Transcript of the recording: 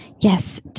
Yes